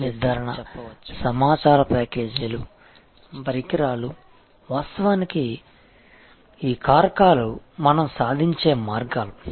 సామర్థ్య నిర్ధారణ సమాచార ప్యాకేజీలు పరికరాలు వాస్తవానికి ఈ కారకాలు మనం సాధించే మార్గాలు